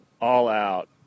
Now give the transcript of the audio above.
all-out